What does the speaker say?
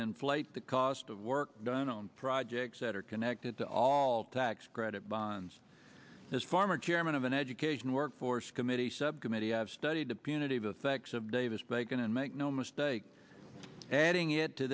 inflate the cost of work done on projects that are connected to all tax credit bonds his former chairman of an education workforce committee subcommittee have studied the punitive affects of davis bacon and make no mistake adding it to